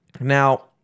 Now